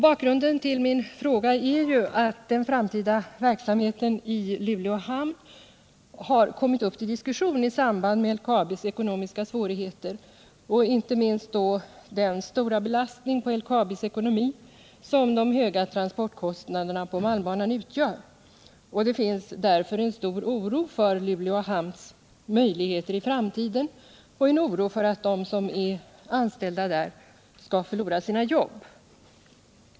Bakgrunden till min fråga är att den framtida verksamheten i Luleå hamn har kommit upp till diskussion i samband med LKAB:s ekonomiska svårigheter och inte minst den stora belastning på LKAB:s ekonomi som de höga transportkostnaderna på malmbanan utgör. Det finns en stor oro för Luleå hamns möjligheter i framtiden och en oro för att de trygga verksamheten i Luleå hamn som är anställda där skall förlora sina jobb.